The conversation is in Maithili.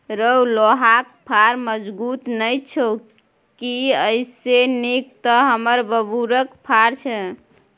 रौ लोहाक फार मजगुत नै छौ की एइसे नीक तँ हमर बबुरक फार छै